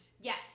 Yes